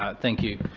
ah thank you.